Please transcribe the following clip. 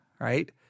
right